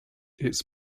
its